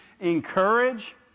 encourage